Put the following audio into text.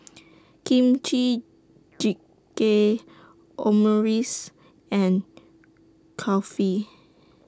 Kimchi Jjigae Omurice and Kulfi